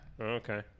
Okay